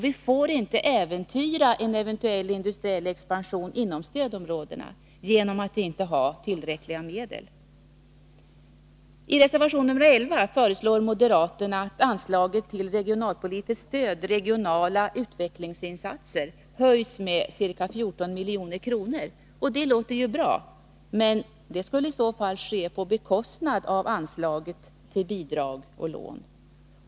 Vi får inte äventyra en eventuell industriell expansion inom stödområdena genom att inte ha tillräckliga medel. I reservation 11 föreslår moderaterna att anslaget till Regionalpolitiskt stöd: Regionala utvecklingsinsatser höjs med ca 14 milj.kr. Det låter ju bra, men det skulle i så fall ske på bekostnad av anslaget till bidrag och lån.